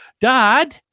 dad